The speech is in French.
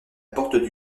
porte